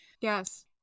yes